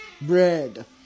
bread